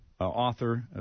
author